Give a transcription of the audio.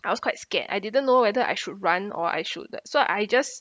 I was quite scared I didn't know whether I should run or I should uh so I just